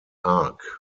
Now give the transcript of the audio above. arc